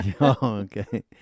okay